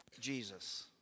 Jesus